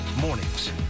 mornings